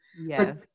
Yes